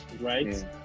right